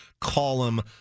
column